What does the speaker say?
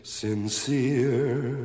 sincere